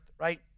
right